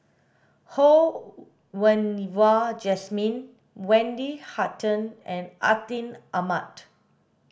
Ho Wen Wah Jesmine Wendy Hutton and Atin Amat